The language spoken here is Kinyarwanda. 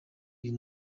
uyu